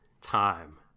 time